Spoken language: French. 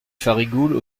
farigoules